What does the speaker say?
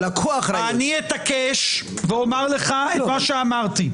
אתעקש ואומר לך את מה שאמרתי,